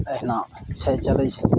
एहिना छै चलै छै